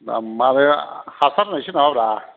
दाम आरो हासार होनायसो नामाब्रा